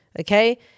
okay